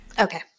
Okay